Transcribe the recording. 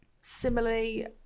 similarly